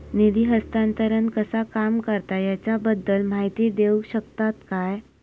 निधी हस्तांतरण कसा काम करता ह्याच्या बद्दल माहिती दिउक शकतात काय?